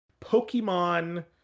Pokemon